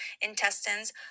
intestines